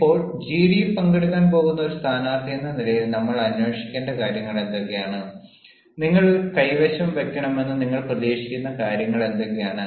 ഇപ്പോൾ ജിഡിയിൽ പങ്കെടുക്കാൻ പോകുന്ന ഒരു സ്ഥാനാർത്ഥിയെന്ന നിലയിൽ നമ്മൾ അന്വേഷിക്കേണ്ട കാര്യങ്ങൾ എന്തൊക്കെയാണ് നിങ്ങൾ കൈവശം വയ്ക്കണമെന്ന് നിങ്ങൾ പ്രതീക്ഷിക്കുന്ന കാര്യങ്ങൾ എന്തൊക്കെയാണ്